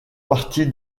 partie